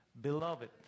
Beloved